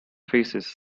faces